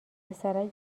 پسرک